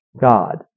God